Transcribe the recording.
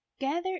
Gather